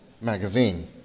magazine